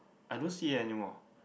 I don't see it anymore